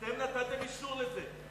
אתם נתתם אישור לזה.